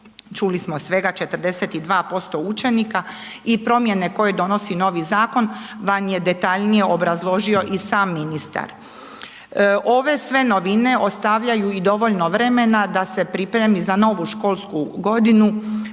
čuli smo svega 42% učenika i promjene koje donosi novi zakon vam je detaljnije obrazložio i sam ministar. Ove sve novine ostavljaju i dovoljno vremena da se pripremi za novu školsku godinu